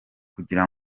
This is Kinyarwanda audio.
kugira